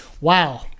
Wow